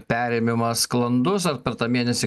perėmimas sklandus ar per tą mėnesį